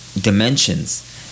dimensions